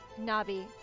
Nabi